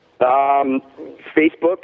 Facebook